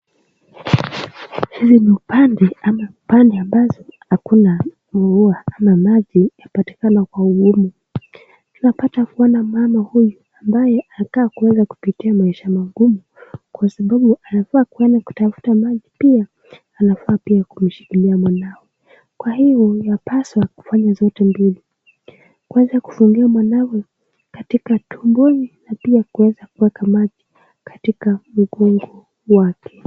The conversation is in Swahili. Hili ni pande ama upande ambazo hakuna mvua ama maji yapatikana kwa ugumu. Tunapata kuona mama huyu ambaye anataka kueza kupitia maisha magumu kwa sababu anafaa kuenda kutafuta maji pia anafaa pia kumshikilia mwanawe. Kwa hio, yapaswa kufanya zote mbili. Kwanza kufungia mwanawe katika tumboni na pia kueza kuweka maji katika mgongo wake.